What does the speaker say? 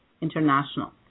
International